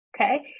okay